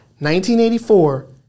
1984